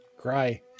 Cry